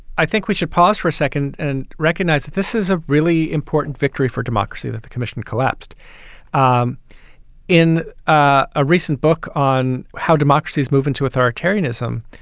i think we should pause for a second and recognize that this is a really important victory for democracy, that the commission collapsed um in a recent book on how democracy's move into authoritarianism.